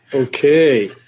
Okay